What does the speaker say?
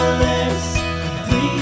Please